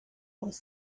was